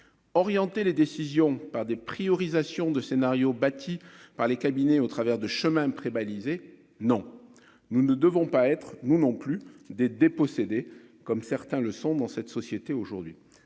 orienter les décisions par des priorisation de scénario bâti par les cabinets, au travers de chemin près balisé, non, nous ne devons pas être nous non plus des dépossédés comme certains le sont dans cette société, aujourd'hui,